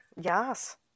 Yes